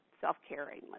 self-caring